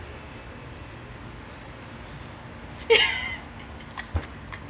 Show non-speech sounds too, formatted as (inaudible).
(laughs)